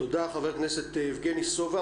תודה, חבר הכנסת יבגני סובה.